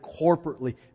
corporately